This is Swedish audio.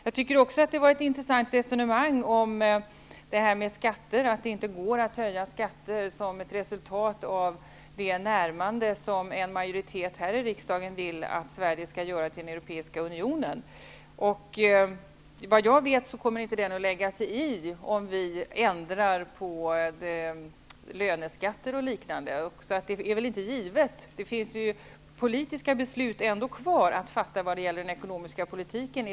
Jag tycker att det var ett intressant resonemang om att det inte går att höja skatterna på grund av det närmande som en majoritet här i riksdagen vill att Sverige skall göra till den europeiska unionen. Vad jag vet kommer Europeiska unionen inte att lägga sig i om vi i Sverige ändrar på löneskatter och liknande. Det är alltså inte givet. Det finns politiska beslut kvar att fatta i riksdagen om den ekonomiska politiken.